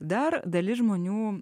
dar dalis žmonių